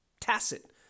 tacit